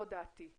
זו דעתי.